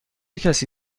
کسی